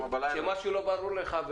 כשמשהו לא ברור לך,